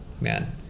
Man